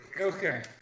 Okay